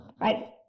right